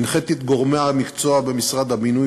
הנחיתי את גורמי המקצוע במשרד הבינוי